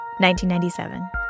1997